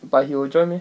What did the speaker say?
but he will join meh